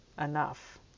enough